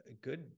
good